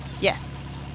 Yes